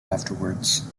afterwards